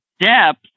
depth